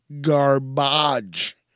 Garbage